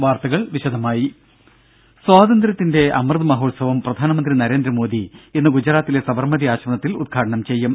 വാർത്തകൾ വിശദമായി സ്വാതന്ത്ര്യത്തിന്റെ അമൃത് മഹോത്സവം പ്രധാനമന്ത്രി നരേന്ദ്രമോദി ഇന്ന് ഗുജറാത്തിലെ സബർമതി ആശ്രമത്തിൽ ഉദ്ഘാടനം ചെയ്യും